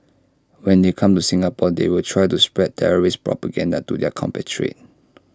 when they come to Singapore they will try to spread terrorist propaganda to their compatriots